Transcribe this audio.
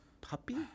Puppy